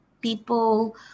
people